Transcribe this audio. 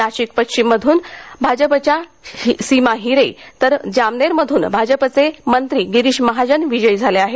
नाशिक पश्चिम मध्रन भाजपच्या सीमा हिरे तर जामनेर मध्रन भाजपचे मंत्री गिरीश महाजन विजयी झाले आहेत